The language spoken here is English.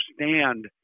understand